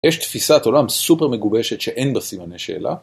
יש תפיסת עולם סופר מגובשת שאין בה סימני שאלה